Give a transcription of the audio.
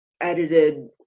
edited